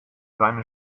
seine